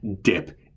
dip